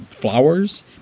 Flowers